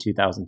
2010